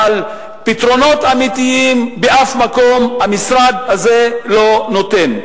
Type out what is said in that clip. אבל פתרונות אמיתיים בשום מקום המשרד הזה לא נותן.